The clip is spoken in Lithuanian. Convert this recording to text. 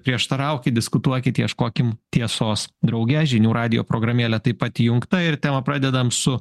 prieštaraukit diskutuokit ieškokim tiesos drauge žinių radijo programėlė taip pat įjungta ir temą pradedam su